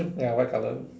ya white colour